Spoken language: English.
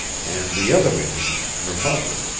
and the other meleese, her mother.